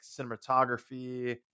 cinematography